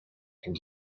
and